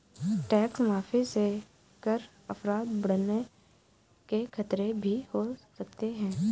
tax माफी से कर अपराध बढ़ने के खतरे भी हो सकते हैं